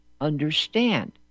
understand